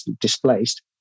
displaced